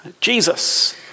Jesus